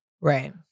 Right